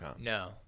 No